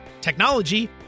technology